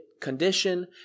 condition